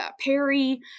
Perry